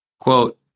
quote